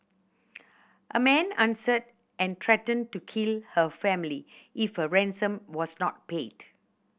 a man answered and threatened to kill her family if a ransom was not paid